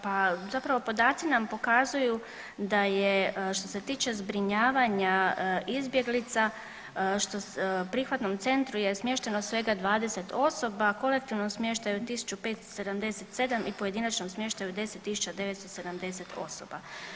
Pa zapravo podaci nam pokazuju da je što se tiče zbrinjavanja izbjeglica što se, u prihvatnom centru je smješteno svega 20 osoba, u kolektivnom smještaju 1.577 i pojedinačnom smještaju 10.970 osoba.